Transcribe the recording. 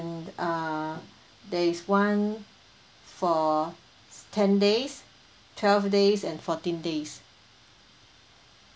uh there is one for s~ ten days twelve days and fourteen days